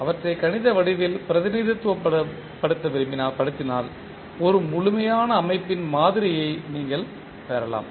அவற்றை கணித வடிவில் பிரதிநிதித்துவப் படுத்தினால் ஒரு முழுமையான அமைப்பின் மாதிரியை நீங்கள் பெறலாம்